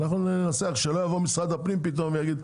אנחנו ננסח, שלא יבוא משרד הפנים פתאום ויגיד: